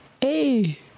Hey